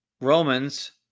Romans